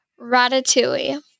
ratatouille